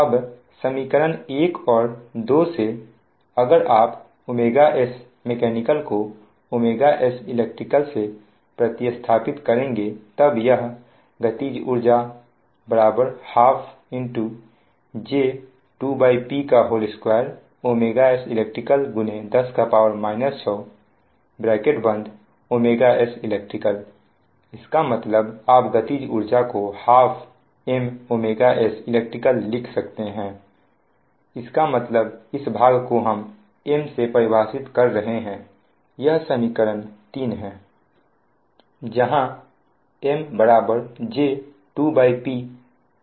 अब समीकरण 1 और 2 से अगर आप s mech को s elect से प्रति स्थापित करेंगे तब यह गतिज ऊर्जा 12 J 2P2s elect10 6s elect इसका मतलब आप गतिज ऊर्जा को 12 M s electलिख सकते हैं इसका मतलब इस भाग को हम M से परिभाषित कर रहे हैं यह समीकरण 3 हैं